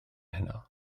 heno